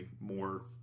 more